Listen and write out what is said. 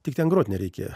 tik ten grot nereikėjo